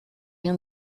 rien